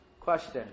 Question